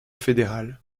fédéral